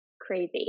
crazy